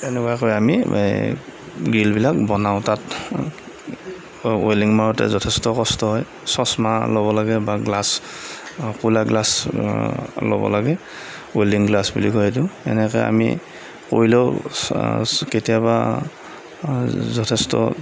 এনেকুৱাকৈ আমি গ্ৰিলবিলাক বনাওঁ তাত ৱেল্ডিং মাৰোঁতে যথেষ্ট কষ্ট হয় চচমা ল'ব লাগে বা গ্লাছ ক'লা গ্লাছ ল'ব লাগে ৱেল্ডিং গ্লাছ বুলি কয় সেইটো এনেকৈ আমি কৰিলেও কেতিয়াবা যথেষ্ট